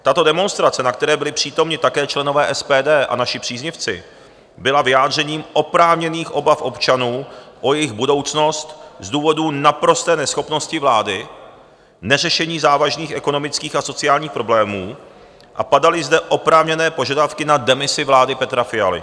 Tato demonstrace, na které byli přítomni také členové SPD a naši příznivci, byla vyjádřením oprávněných obav občanů o jejich budoucnost z důvodu naprosté neschopnosti vlády, neřešení závažných ekonomických a sociálních problémů, a padaly zde oprávněné požadavky na demisi vlády Petra Fialy.